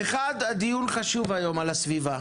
ראשית: הדיון היום על הסביבה חשוב.